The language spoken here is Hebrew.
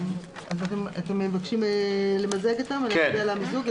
אז אתם מבקשים להצביע על המיזוג?